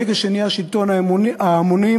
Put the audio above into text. ברגע שנהיה שלטון המונים,